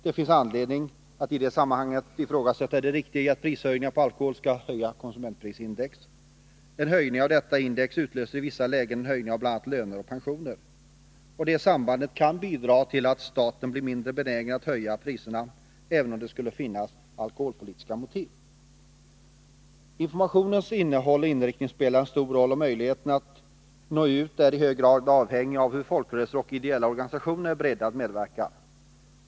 Det finns anledning att i det sammanhanget ifrågasätta det riktiga i att prishöjningar på alkohol skall höja konsumentprisindex. En höjning av detta index utlöser i vissa lägen en höjning av bl.a. löner och pensioner. Detta samband kan bidra till att staten blir mindre benägen att höja priserna, även om det skulle finnas alkoholpolitiska motiv. Informationens innehåll och inriktning spelar stor roll, och möjligheten att nå ut är i hög grad avhängig av hur folkrörelser och ideella organisationer är beredda att medverka.